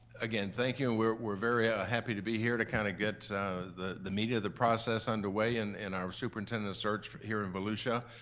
again, thank you and we're we're very ah happy to be here to kind of get the the media, the process underway in and our superintendent search here in volusia.